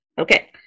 Okay